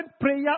prayer